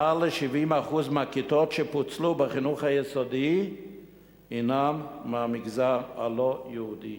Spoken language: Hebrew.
מעל 70% מהכיתות שפוצלו בחינוך היסודי הינן מהמגזר הלא-יהודי.